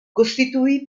costituì